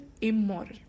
immoral